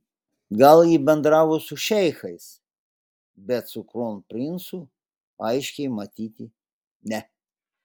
gal ji bendravo su šeichais bet su kronprincu aiškiai matyti ne